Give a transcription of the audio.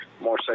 more